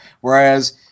Whereas